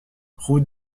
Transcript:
route